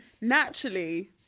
naturally